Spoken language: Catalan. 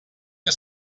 que